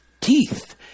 teeth